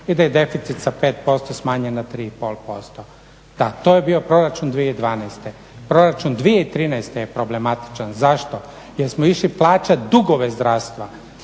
i da je deficit sa 5% smanjen na 3,5%. Da, to je bio proračun 2012. Proračun 2013. je problematičan. Zašto? Jer smo išli plaćati dugove zdravstva